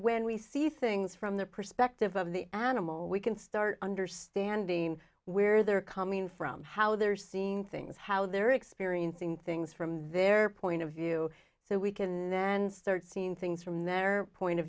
when we see things from the perspective of the animal we can start understanding where they're coming from how they're seeing things how they're experiencing things from their point of view so we can then start seeing things from their point of